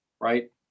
right